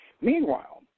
Meanwhile